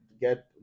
get